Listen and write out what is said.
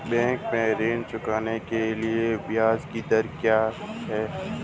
Bank ऋण चुकाने के लिए ब्याज दर क्या है?